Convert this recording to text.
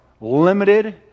limited